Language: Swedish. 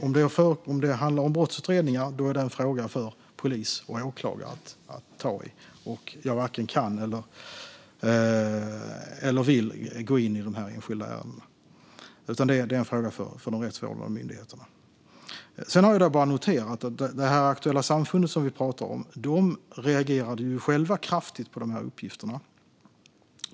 Om det handlar om brottsutredningar är det en fråga för polis och åklagare att ta tag i, och jag varken kan eller vill gå in i enskilda ärenden. Det är i stället en fråga för de rättsvårdande myndigheterna. Jag har noterat att det aktuella samfund vi pratar om reagerade kraftigt på de här uppgifterna.